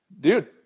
dude